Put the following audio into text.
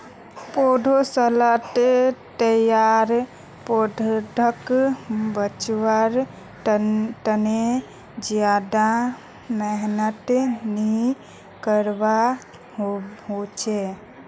पौधसालात तैयार पौधाक बच्वार तने ज्यादा मेहनत नि करवा होचे